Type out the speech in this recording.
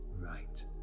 right